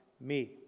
me